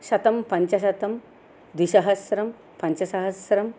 शतं पञ्चशतं द्विसहस्रं पञ्चसहस्रम्